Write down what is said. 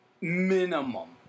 Minimum